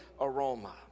aroma